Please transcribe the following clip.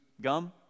gum